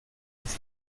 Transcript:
este